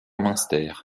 munster